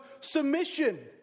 submission